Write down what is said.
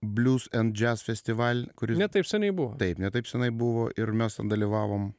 blues and jazz festival kuris ne taip seniai buvo taip ne taip seniai buvo ir mes dalyvavom